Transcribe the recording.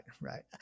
right